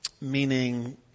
Meaning